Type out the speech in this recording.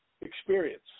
experience